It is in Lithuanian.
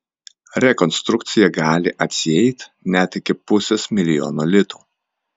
rekonstrukcija gali atsieit net iki pusės milijono litų